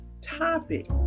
topics